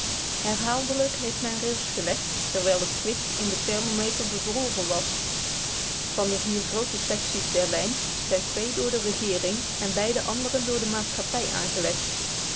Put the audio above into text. herhaaldelijk heeft men rails gelegd terwijl het kwik in den thermometer bevroren was van de vier groote secties der lijn zijn twee door de regeering en de beide andere door de maatschappij aangelegd